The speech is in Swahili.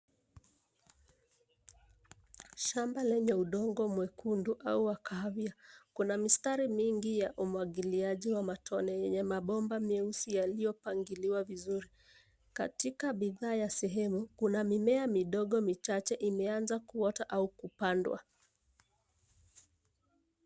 Shamba lenye udongo mwekundu au wa kahawia. Kuna mistari mingi ya umwagiliaji wa matone yenye mabomba meusi yaliopangiliwa vizuri. Katika bidhaa ya sehemu, kuna mimea midogo michache imeanza kuota au kupandwa.